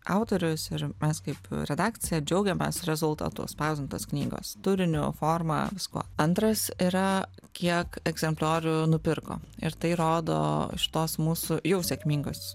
autorius ir mes kaip redakcija džiaugiamės rezultatu spausdintos knygos turiniu forma viskuo antras yra kiek egzempliorių nupirko ir tai rodo šitos mūsų jau sėkmingos